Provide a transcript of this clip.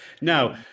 Now